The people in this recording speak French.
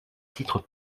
titre